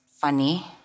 funny